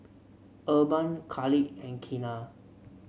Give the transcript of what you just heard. Urban Khalid and Keanna